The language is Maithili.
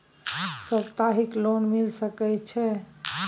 सप्ताहिक लोन मिल सके छै?